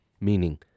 Meaning